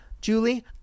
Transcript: Julie